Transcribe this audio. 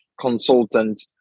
consultant